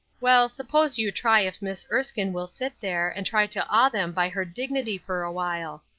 well, suppose you try if miss erskine will sit there, and try to awe them by her dignity for awhile.